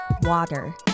water